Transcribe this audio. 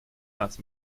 нас